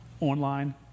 online